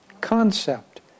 concept